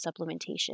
supplementation